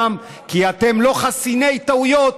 כי אתם לא חסיני טעויות.